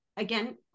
again